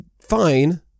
fine